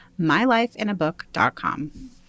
mylifeinabook.com